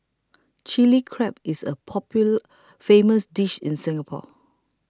Chilli Crab is a popular famous dish in Singapore